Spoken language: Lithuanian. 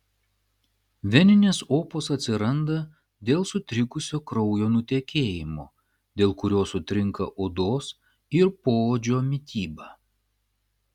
veninės opos atsiranda dėl sutrikusio kraujo nutekėjimo dėl kurio sutrinka odos ir poodžio mityba